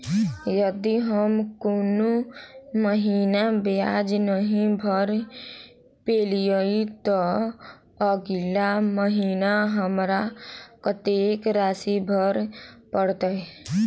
यदि हम कोनो महीना ब्याज नहि भर पेलीअइ, तऽ अगिला महीना हमरा कत्तेक राशि भर पड़तय?